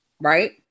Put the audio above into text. Right